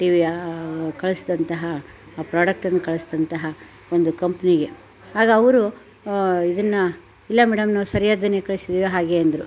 T V ಕಳ್ಸಿದಂತಹ ಆ ಪ್ರಾಡಕ್ಟನ್ನ ಕಳ್ಸಿದಂತಹ ಒಂದು ಕಂಪ್ನಿಗೆ ಆಗ ಅವರು ಇದನ್ನ ಇಲ್ಲ ಮೇಡಮ್ ನಾವ್ ಸರಿಯಾದ್ದನ್ನೇ ಕಳ್ಸಿದೀವಿ ಹಾಗೆ ಅಂದರು